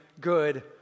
good